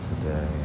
today